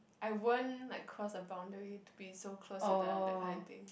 I won't like cross a boundary to be so close to them that kind of thing